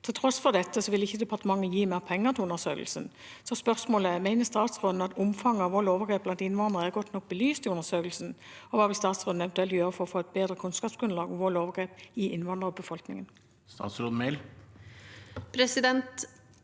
Til tross for dette vil ikke departementet gi mer penger til undersøkelsen. Spørsmålet er: Mener statsråden at omfanget av vold og overgrep blant innvandrere er godt nok belyst i undersøkelsen, og hva vil statsråden eventuelt gjøre for å få et bedre kunnskapsgrunnlag om vold og overgrep i innvandrerbefolkningen? Statsråd Emilie